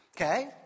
Okay